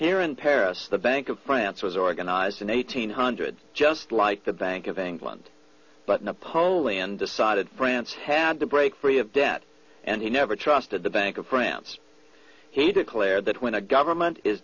here in paris the bank of france was organized in eighteen hundred just like the bank of england but napoleon decided france had to break free of debt and he never trusted the bank of france he declared that when a government is